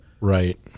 Right